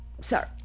sorry